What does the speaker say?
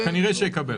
כנראה יקבל.